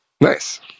Nice